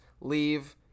leave